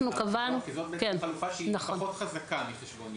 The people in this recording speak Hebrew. זאת חלופה שהיא פחות חזקה מ-...